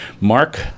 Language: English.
Mark